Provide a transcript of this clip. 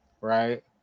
right